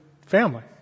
family